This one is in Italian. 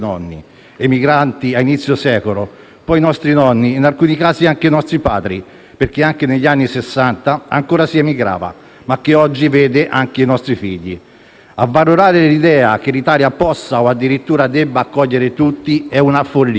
emigranti a inizio secolo, poi i nostri nonni e in alcuni casi i nostri padri - perché anche negli anni Sessanta ancora si emigrava - e che oggi vede protagonisti anche i nostri figli. Avvalorare l'idea che l'Italia possa, o addirittura debba, accogliere tutti è una follia;